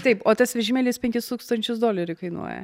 taip o tas vežimėlis penkis tūkstančius dolerių kainuoja